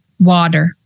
Water